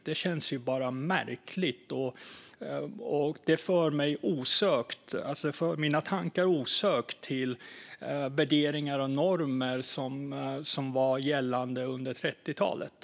Det känns bara märkligt och för mina tankar osökt till värderingar och normer som var gällande under 30-talet.